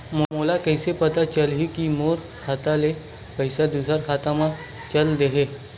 मोला कइसे पता चलही कि मोर खाता ले पईसा दूसरा खाता मा चल देहे?